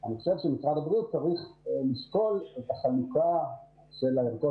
אני חושב שמשרד הבריאות צריך לשקול את החלוקה של הערכות